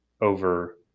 over